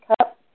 cup